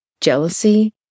jealousy